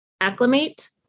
acclimate